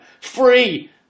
Free